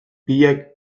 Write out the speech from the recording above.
pilak